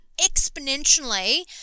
exponentially